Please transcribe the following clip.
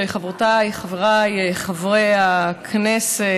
חברותיי וחבריי חברי הכנסת,